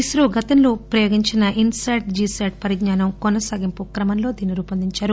ఇస్రో గతంలో ప్రయోగించిన ఇస్ శాట్ జిశాట్ పరిజ్ఞానం కోనసాగింపు క్రమంలో దీనిని రూపొందించారు